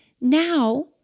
Now